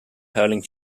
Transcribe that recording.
hurling